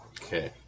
Okay